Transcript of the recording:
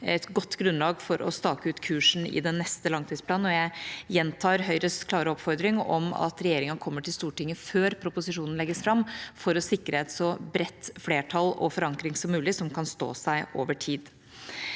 et godt grunnlag for å stake ut kursen i den neste langtidsplanen. Jeg gjentar Høyres klare oppfordring om at regjeringa kommer til Stortinget før proposisjonen legges fram, for å sikre et bredest mulig flertall og en forankring som kan stå seg over tid.